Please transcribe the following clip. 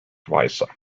weißer